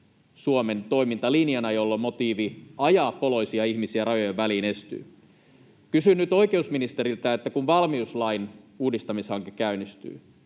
Suomen toimintalinjana, jolloin motiivi ajaa poloisia ihmisiä rajojen väliin estyy. Kysyn nyt oikeusministeriltä: kun valmiuslain uudistamishanke käynnistyy,